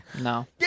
No